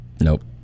Nope